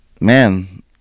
man